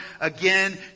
again